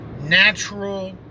natural